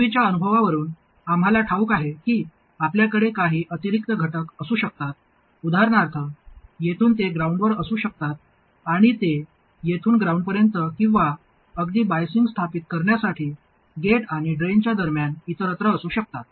पूर्वीच्या अनुभवावरून आम्हाला ठाऊक आहे की आपल्याकडे काही अतिरिक्त घटक असू शकतात उदाहरणार्थ येथून ते ग्राउंडवर असू शकतात आणि ते येथून ग्राउंडपर्यंत किंवा अगदी बाईसिंग स्थापित करण्यासाठी गेट आणि ड्रेनच्या दरम्यान इतरत्र असू शकतात